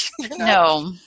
No